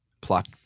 plot